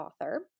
author